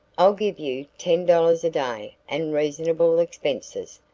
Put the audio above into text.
i'll give you ten dollars a day and reasonable expenses.